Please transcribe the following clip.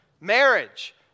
Marriage